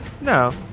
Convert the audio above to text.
No